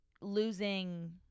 losing